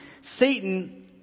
Satan